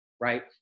right